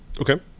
okay